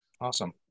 Awesome